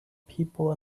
people